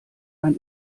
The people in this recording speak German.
ein